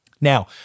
Now